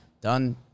done